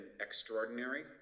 extraordinary